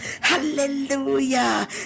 Hallelujah